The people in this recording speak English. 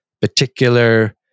particular